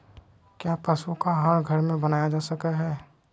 क्या पशु का आहार घर में बनाया जा सकय हैय?